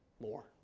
more